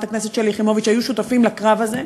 הכנסת שלי יחימוביץ היו שותפים לקרב הזה.